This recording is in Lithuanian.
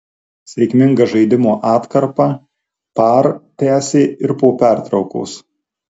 sėkmingą žaidimo atkarpą par tęsė ir po pertraukos